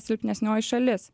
silpnesnioji šalis